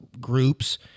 groups